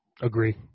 agree